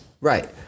right